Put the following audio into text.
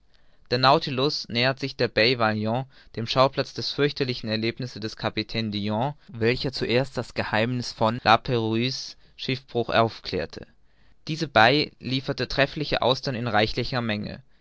der nautilus näherte sich der bai wailon dem schauplatz der fürchterlichen erlebnisse des kapitän dillon welcher zuerst das geheimniß von la prouse's schiffbruch aufklärte diese bai liefert treffliche austern in reichlicher menge